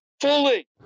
fully